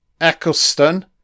Eccleston